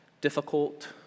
difficult